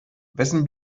wessen